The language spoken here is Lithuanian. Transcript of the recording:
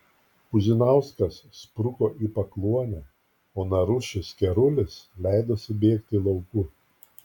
puzinauskas spruko į pakluonę o narušis kerulis leidosi bėgti lauku